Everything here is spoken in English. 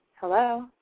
Hello